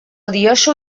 diozu